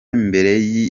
mbere